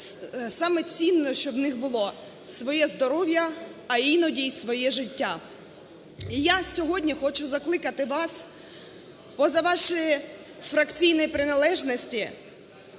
саме цінне, що в них було – своє здоров'я, а іноді і своє життя. І я сьогодні хочу закликати вас поза ваші фракційні приналежності